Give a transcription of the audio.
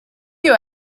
you